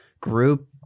group